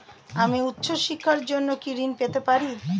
আমি উচ্চশিক্ষার জন্য কি ঋণ পেতে পারি?